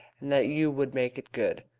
and that you would make it good.